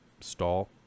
stall